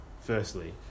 Firstly